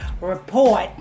report